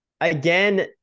again